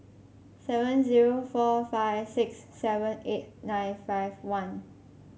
seven zero four five six seven eight nine five one